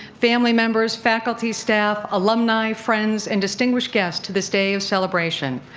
family members, faculty, staff, alumni, friends, and distinguished guests to this day of celebration.